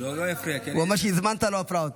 הוא אומר שהזמנת לו הפרעות.